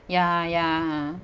ya ya